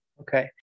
Okay